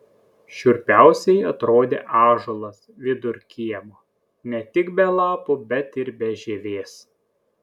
šiurpiausiai atrodė ąžuolas vidur kiemo ne tik be lapų bet ir be žievės